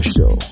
Show